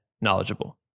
knowledgeable